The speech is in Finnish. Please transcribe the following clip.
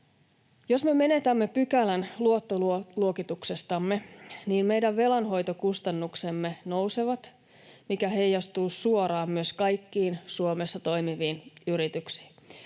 Jos me menetämme pykälän luottoluokituksestamme, niin meidän velanhoitokustannuksemme nousevat, mikä heijastuu suoraan myös kaikkiin Suomessa toimiviin yrityksiin.